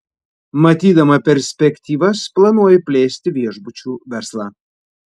matydama perspektyvas planuoja plėsti viešbučių verslą